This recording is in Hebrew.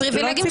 מי נגד?